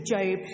Job